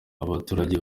abaturage